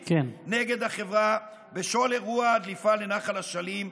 נגד החברה בשל אירוע הדליפה לנחל אשלים,